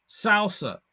salsa